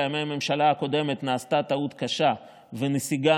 בימי הממשלה הקודמת נעשתה טעות קשה ונסיגה